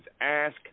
ask